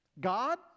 God